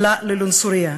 "לא ללעונסוריה".